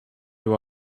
you